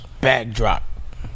backdrop